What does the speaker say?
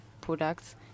products